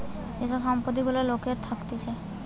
যে সব সম্পত্তি গুলা লোকের থাকতিছে